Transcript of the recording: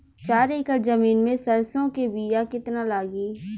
चार एकड़ जमीन में सरसों के बीया कितना लागी?